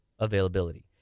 availability